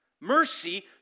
mercy